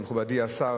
מכובדי השר,